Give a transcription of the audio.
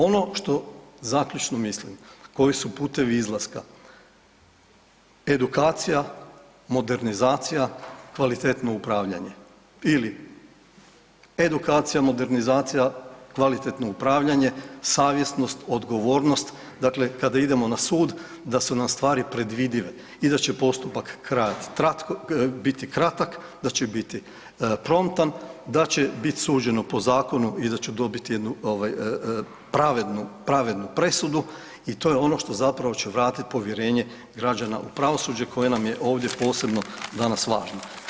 Ono što zaključno mislim koji su putevi izlaska, edukacija, modernizacija, kvalitetno upravljanje ili edukacija, modernizacija, kvalitetno upravljanje, savjesnost, odgovornost, dakle kada idemo na sud da su nam stvari predvidive i da će postupak biti kratak, da će biti promptan, da će biti suđeno po zakonu i da ću dobiti ovaj pravednu presudu i to je ono što zapravo će vratiti povjerenje građana u pravosuđe koje nam je ovdje posebno danas važno.